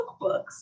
cookbooks